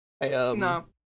No